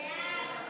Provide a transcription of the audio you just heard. ההצעה להעביר את